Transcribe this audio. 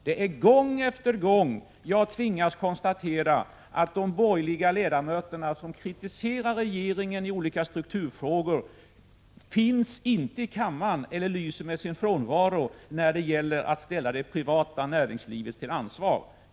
Det är gång efter gång som jag har tvingats konstatera att de borgerliga ledamöterna, som kritiserar regeringen i olika strukturfrågor, lyser med sin frånvaro när det gäller att ställa det privata näringslivet till ansvar.